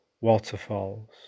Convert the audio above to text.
waterfalls